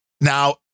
Now